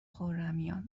خرمیان